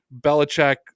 Belichick